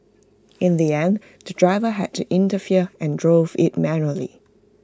in the end the driver had to intervene and drove IT manually